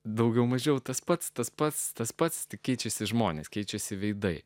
daugiau mažiau tas pats tas pats tas pats keičiasi žmonės keičiasi veidai